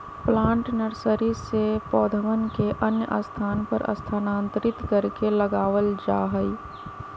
plant nursery से पौधवन के अन्य स्थान पर स्थानांतरित करके लगावल जाहई